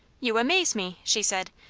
you amaze me, she said.